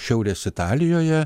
šiaurės italijoje